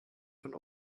von